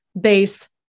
base